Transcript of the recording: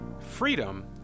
Freedom